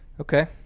Okay